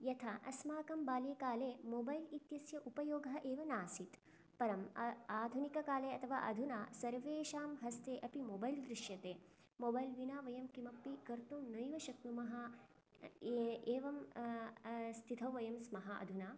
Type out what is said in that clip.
यथा अस्माकं बाल्यकाले मोबैल् इत्यस्य उपयोगः एव नासीत् परम् आधुनिककाले अथवा अधुना सर्वेषां हस्ते अपि मोबैल् दृश्यते मोबैल् विना वयं किमपि कर्तुं नैव शक्नुमः एवं स्थितौ वयम् स्मः अधुना